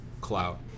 clout